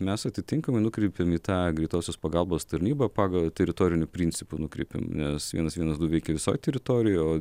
mes atitinkamai nukreipiam į tą greitosios pagalbos tarnybą pagal teritoriniu principu nukrypim nes vienas vienas du veikia visoj teritorijoj o